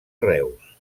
reus